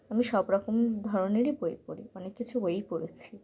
আমি সব রকম ধরনেরই বই পড়ি অনেক কিছু বইই পড়েছি